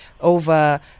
over